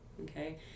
okay